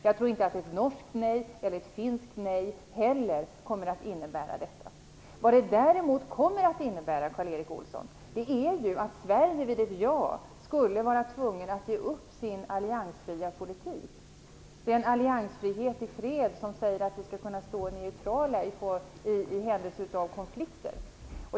Jag tror inte heller att ett norskt nej eller ett finskt nej kommer att innebära detta. Vad det däremot kommer att innebära, Karl Erik Olsson, är att Sverige vid ett ja skulle vara tvunget att ge upp sin alliansfria politik, den alliansfrihet i fred som säger att vi skall kunna stå neutrala i händelse av konflikter.